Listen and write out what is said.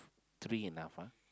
three enough ah